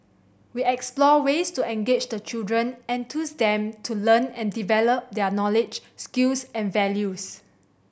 we explore ways to engage the children and enthuse them to learn and develop their knowledge skills and values